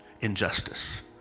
injustice